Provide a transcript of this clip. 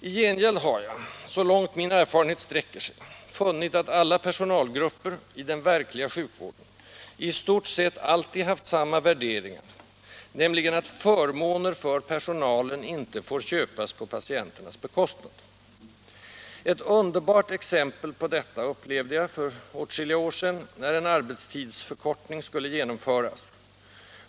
I gengäld har jag — så långt min erfarenhet sträcker sig — funnit att alla personalgrupper i den verkliga sjukvården i stort sett alltid haft samma värderingar, nämligen att förmåner för personalen inte får köpas på patienternas bekostnad. Ett underbart exempel på detta upplevde jag för åtskilliga år sedan, när en arbetstidsförkortning skulle genomföras.